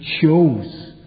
chose